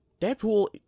Deadpool